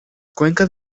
cuencas